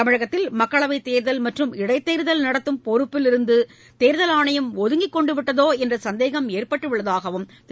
தமிழகத்தில் மக்களவைத் தேர்தல் மற்றும் இடைத்தேர்தல் நடத்தும் பொறுப்பிலிருந்து தேர்தல் ஆணையம் ஒதுங்கிக்கொண்டு விட்டதோ என்ற சந்தேகம் ஏற்பட்டுள்ளதாகவும் திரு